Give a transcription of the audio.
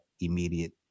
immediate